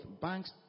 Banks